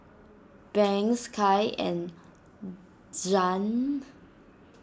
Banks Kai and Zhane